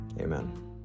Amen